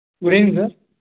good evening sir